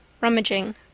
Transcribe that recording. Rummaging